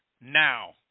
now